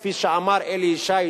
כפי שאמר אלי ישי,